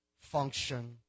function